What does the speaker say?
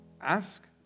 ask